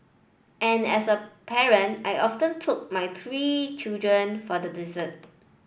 and as a parent I often took my three children for the dessert